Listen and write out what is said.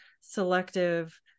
selective